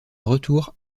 retour